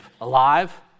alive